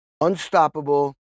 unstoppable